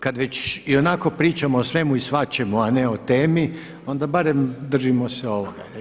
Kad već ionako pričamo o svemu i svačemu, a ne o temi, onda barem držimo se ovoga.